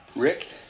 Rick